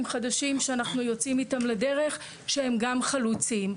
חדשים שאנחנו יוצאים איתם לדרך שהם גם חלוצים.